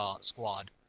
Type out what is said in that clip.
Squad